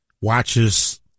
watches